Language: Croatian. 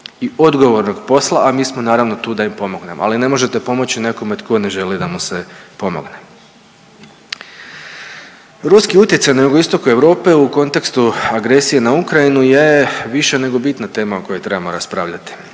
i odgovornog posla, a mi smo naravno tu da im pomognemo, ali ne možete pomoći nekome tko ne želi da mu se pomogne. Ruski utjecaj na jugoistoku Europe u kontekstu agresije na Ukrajinu je više nego bitna tema o kojoj trebamo raspravljati.